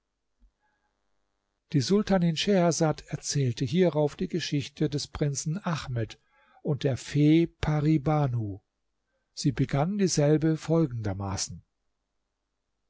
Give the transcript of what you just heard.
die sultanin schehersad erzählte hierauf die geschichte des prinzen ahmed und der fee pari banu sie begann dieselbe folgendermaßen